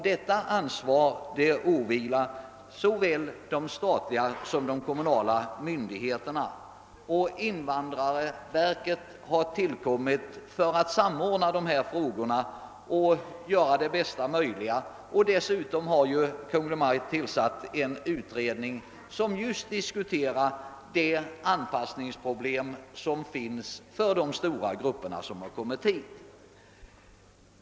Detta ansvar åvilar såväl de statliga som de kommunala myndigeterna, och invandrarverket har till kommit för att samordna dessa frågor. Dessutom har Kungl. Maj:t tillsatt en utredning som just diskuterar de anpassningsproblem som finns för stora grupper av människor som har kommit hit.